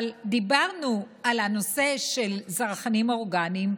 אבל דיברנו על הנושא של זרחנים אורגניים,